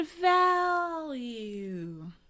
value